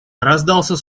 раздался